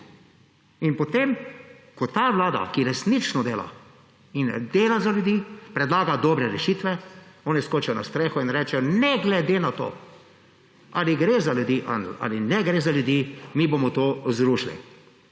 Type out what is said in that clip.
in ko ta vlada, ki resnično dela, in dela za ljudi, predlaga dobre rešitve, oni skočijo na streho in rečejo, ne glede na to, ali gre za ljudi ali ne gre za ljudi, mi bomo to zrušili.